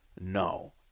No